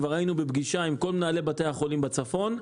כבר היינו בפגישה עם כל מנהלי בתי החולים בצפון.